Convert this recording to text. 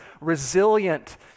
resilient